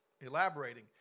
elaborating